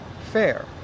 fair